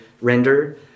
render